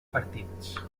partits